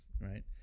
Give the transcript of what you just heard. right